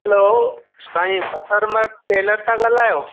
हलो Sain Basar Mal tailor था ॻाल्हायो